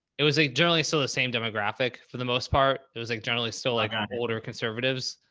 it was a generally, still the same demographic for the most part. it was like generally, still like um older conservatives.